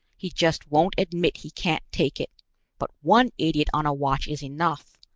he just won't admit he can't take it but one idiot on a watch is enough!